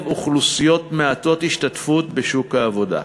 אוכלוסיות מעוטות השתתפות בשוק העבודה.